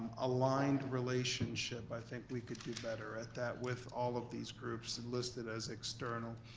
aligned relationship. i think we could do better at that with all of these groups and listed as external.